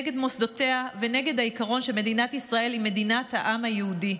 נגד מוסדותיה ונגד העיקרון שלפיו מדינת ישראל היא מדינת העם היהודי.